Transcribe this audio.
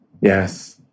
Yes